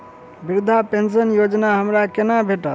वृद्धा पेंशन योजना हमरा केना भेटत?